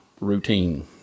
routine